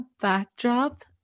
backdrop